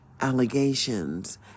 Allegations